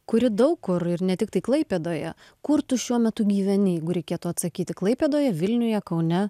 kuri daug kur ir ne tiktai klaipėdoje kur tu šiuo metu gyveni jeigu reikėtų atsakyti klaipėdoje vilniuje kaune